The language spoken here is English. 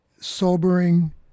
sobering